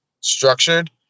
structured